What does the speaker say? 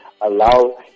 allow